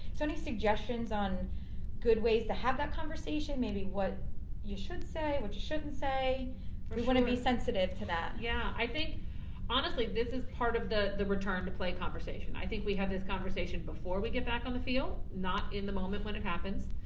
so any suggestions on good ways to have that conversation? maybe what you should say, what you shouldn't say. but we gonna um be sensitive to that. yeah, i think honestly this is part of the the return to play conversation. i think we have this conversation, before we get back on the field, not in the moment when it happens.